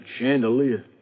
chandelier